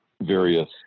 various